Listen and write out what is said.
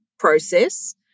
process